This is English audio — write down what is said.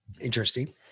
Interesting